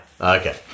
okay